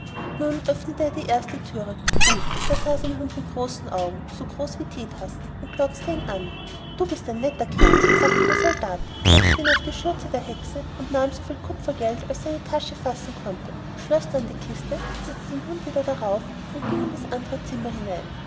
nun öffnete er die erste thüre uh da saß der hund mit den augen so groß wie theetassen und glotzte ihn an du bist ein netter kerl sagte der soldat setzte ihn auf die schürze der hexe und nahm so viel kupfergeld als seine tasche fassen konnte schloß dann die kiste setzte den hund wieder darauf und ging in das andere zimmer hinein